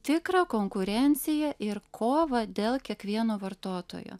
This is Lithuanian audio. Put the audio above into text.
tikrą konkurenciją ir kovą dėl kiekvieno vartotojo